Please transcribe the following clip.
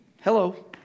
Hello